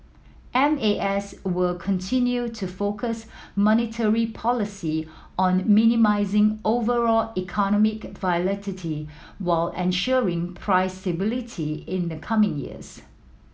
M A S will continue to focus monetary policy on minimising overall economic volatility while ensuring price stability in the coming years